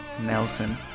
Nelson